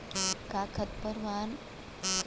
का खरपतवार मन के निंदाई से वाष्पोत्सर्जन कम होथे?